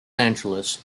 angeles